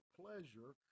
pleasure